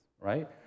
right